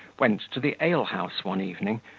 went to the ale-house one evening,